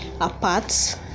apart